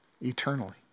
eternally